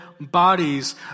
bodies